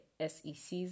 SEC's